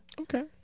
Okay